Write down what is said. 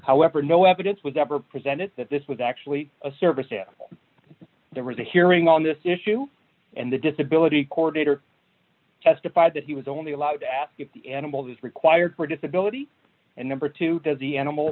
however no evidence was ever presented that this was actually a service if there was a hearing on this issue and the disability coordinator testified that he was only allowed to ask if the animal is required for disability and number two does the animal